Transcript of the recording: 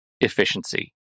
efficiency